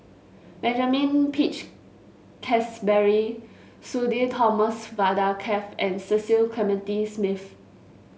Benjamin Peach Keasberry Sudhir Thomas Vadaketh and Cecil Clementi Smith